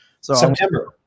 September